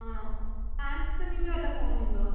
ആണോ സാംസങ്ങിൻ്റെ വല്ല ഫോണുമുണ്ടോ